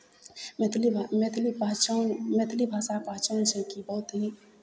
मैथिली भ् मैथिली भाषा मैथिली भाषाके पहचान छै कि बहुत ही